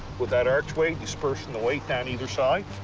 with that archway dispersing the weight down either side?